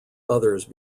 others